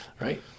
Right